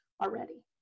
already